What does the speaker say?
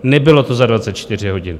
Nebylo to za 24 hodin.